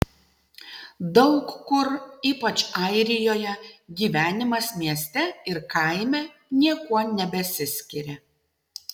daug kur ypač airijoje gyvenimas mieste ir kaime niekuo nebesiskiria